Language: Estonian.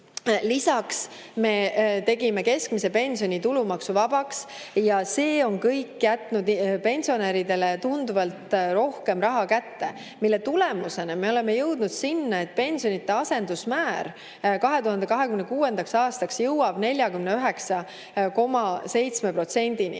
Lisaks tegime me keskmise pensioni tulumaksuvabaks. See kõik on jätnud pensionäridele tunduvalt rohkem raha kätte, mille tulemusena me oleme jõudnud sinna, et pensionide asendusmäär 2026. aastaks jõuab 49,7%‑ni,